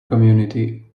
community